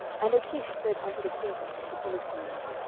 and achish said unto the princes of the philistines,